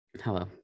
Hello